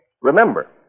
Remember